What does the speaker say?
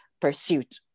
pursuit